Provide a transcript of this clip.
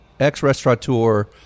ex-restaurateur